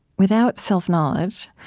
without self-knowledge,